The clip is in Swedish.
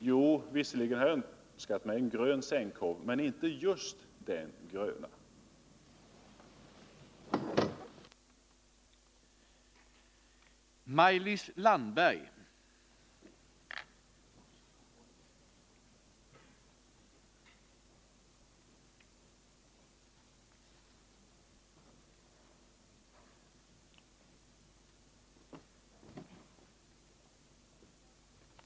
Jo, sade han, visserligen har jag önskat mig en grön sänkhåv, men inte just den gröna färgen.